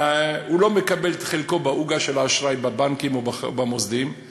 לא מקבל את חלקו בעוגה של האשראי בבנקים או במוסדיים,